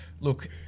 Look